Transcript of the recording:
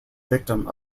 victim